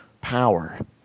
power